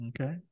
okay